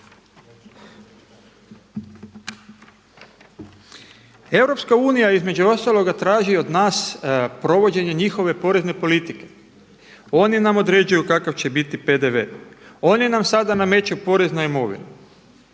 Europska unija između ostaloga traži od nas provođenje njihove porezne politike. Oni nam određuju kakav će biti PDV-e, oni nam sada nameću porez na imovinu.